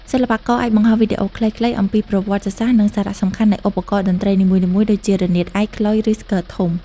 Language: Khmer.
សិល្បករអាចបង្ហោះវីដេអូខ្លីៗអំពីប្រវត្តិសាស្រ្ត និងសារៈសំខាន់នៃឧបករណ៍តន្ត្រីនីមួយៗដូចជា រនាតឯក ខ្លុយ ឬស្គរធំ។